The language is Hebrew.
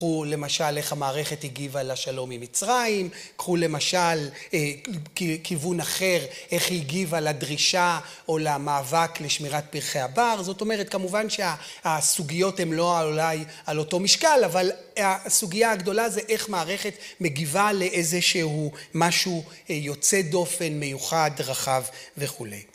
קחו למשל איך המערכת הגיבה לשלום ממצרים, קחו למשל כיוון אחר, איך היא הגיבה לדרישה או למאבק לשמירת פרחי הבר, זאת אומרת כמובן שהסוגיות הן לא אולי על אותו משקל אבל הסוגיה הגדולה זה איך מערכת מגיבה לאיזה שהוא משהו יוצא דופן מיוחד רחב וכולי.